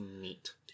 neat